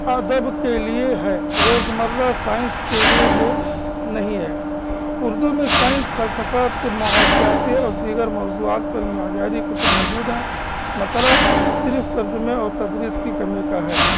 ادب کے لیے ہے روز مرہ سائنس کے لیے بھی نہیں ہے اردو میں سائنس فلسفہ معاشیاتی اور دیگر موضوعات پر معیاری کتب موجود ہیں مسئلہ صرف ترجمے اور تدریس کی کمی کا ہے